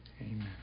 Amen